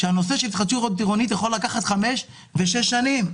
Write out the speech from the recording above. כאשר הנושא של התחדשות עירונית יכול לקחת חמש או שש שנים.